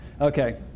okay